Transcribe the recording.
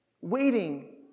waiting